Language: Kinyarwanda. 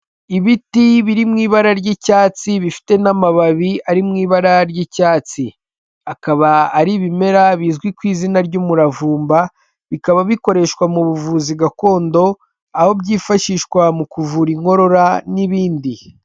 Ibiti biri mu ibara ry'icyatsi bifite n'amababi ari mu ibara ry'icyatsi, akaba ari ibimera bizwi ku izina ry'umuravumba bikaba bikoreshwa mu buvuzi gakondo aho byifashishwa mu kuvura inkorora n'ibindi.